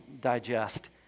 digest